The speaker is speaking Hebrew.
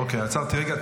אוקיי, עצרתי רגע.